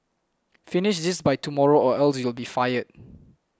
finish this by tomorrow or else you'll be fired